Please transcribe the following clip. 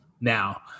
now